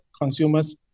consumers